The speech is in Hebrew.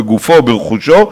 בגופו או ברכושו,